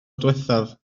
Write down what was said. diwethaf